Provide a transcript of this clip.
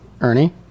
Ernie